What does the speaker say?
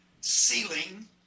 ceiling